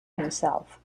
himself